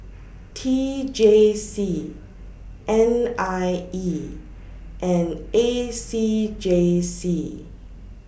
T J C N I E and A C J C